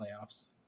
playoffs